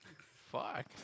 Fuck